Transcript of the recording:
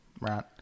right